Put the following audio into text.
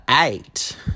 eight